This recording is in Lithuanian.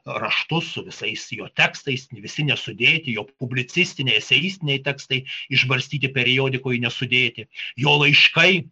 raštus su visais jo tekstais visi nesudėti jo publicistiniai eseistiniai tekstai išbarstyti periodikoj nesudėti jo laiškai